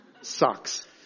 Sucks